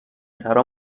ترا